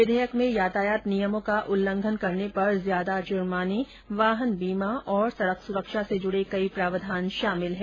विधेयक में यातायात नियमों का उल्लंघन करने पर ज्यादा जुर्माने वाहन बीमा और सड़क सुरक्षा से संबंधित कई प्रावधान शामिल हैं